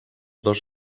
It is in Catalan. dos